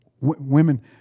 women